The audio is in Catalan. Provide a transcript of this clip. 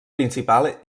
principal